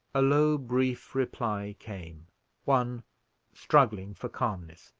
a low brief reply came one struggling for calmness.